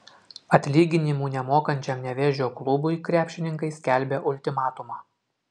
atlyginimų nemokančiam nevėžio klubui krepšininkai skelbia ultimatumą